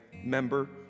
member